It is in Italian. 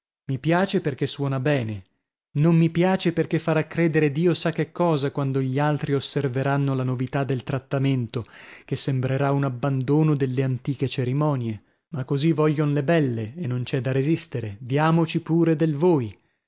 mi piace perchè suona bene non mi piace perchè farà credere dio sa che cosa quando gli altri osserveranno la novità del trattamento che sembrerà un abbandono delle antiche cerimonie ma così voglion le belle e non c'è da resistere diamoci pure del voi